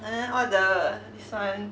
neh all the this [one]